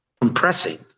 compressing